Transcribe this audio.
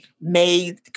made